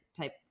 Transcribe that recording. type